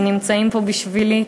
ונמצאים פה בשבילי,